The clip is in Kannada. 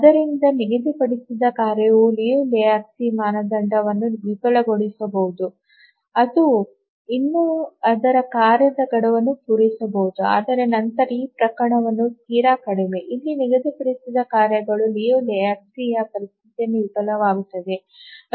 ಆದ್ದರಿಂದ ನಿಗದಿಪಡಿಸಿದ ಕಾರ್ಯಗಳು ಲಿಯು ಲೆಹೋಜ್ಕಿ ಮಾನದಂಡವನ್ನು ವಿಫಲಗೊಳಿಸಬಹುದಾದರೂ ಅದು ಇನ್ನೂ ಅದರ ಕಾರ್ಯದ ಗಡುವನ್ನು ಪೂರೈಸಬಹುದು ಆದರೆ ನಂತರ ಈ ಪ್ರಕರಣಗಳು ತೀರಾ ಕಡಿಮೆ ಅಲ್ಲಿ ನಿಗದಿಪಡಿಸಿದ ಕಾರ್ಯಗಳು ಲಿಯು ಲೆಹೋಜ್ಕಿಯ ಪರೀಕ್ಷೆಯಲ್ಲಿ ವಿಫಲವಾಗುತ್ತವೆ ಮತ್ತು ಇನ್ನೂ ಅದರ ಗಡುವನ್ನು ಪೂರೈಸುತ್ತವೆ